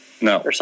No